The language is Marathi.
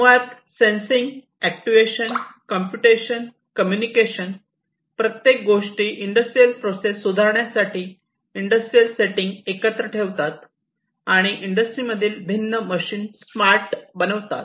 मुळात सेन्सिंग अॅक्ट्युएशन कंप्यूटेशन कम्युनिकेशन प्रत्येक गोष्टी इंडस्ट्रियल प्रोसेस सुधारण्यासाठी इंडस्ट्रियल सेटिंग एकत्र ठेवतात आणि इंडस्ट्रिमधील भिन्न मशीन स्मार्ट बनवतात